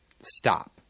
stop